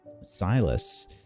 Silas